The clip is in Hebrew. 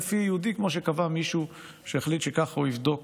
יהודי כמו שקבע מישהו שככה הוא יבדוק,